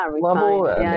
level